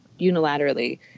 unilaterally